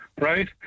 right